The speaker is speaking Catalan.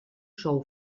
sou